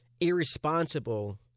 irresponsible